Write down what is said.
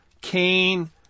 Cain